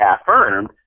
affirmed